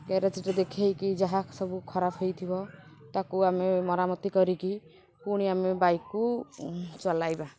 ଗ୍ୟାରେଜ୍ରେ ଦେଖେଇକି ଯାହା ସବୁ ଖରାପ ହୋଇଥିବ ତାକୁ ଆମେ ମରାମତି କରିକି ପୁଣି ଆମେ ବାଇକ୍କୁ ଚଲାଇବା